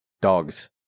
Dogs